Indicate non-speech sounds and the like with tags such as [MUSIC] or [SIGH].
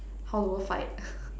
how the world fight [LAUGHS]